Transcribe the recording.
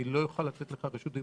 אני לא אוכל לתת לך רשות,